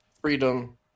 Freedom